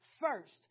first